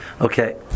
okay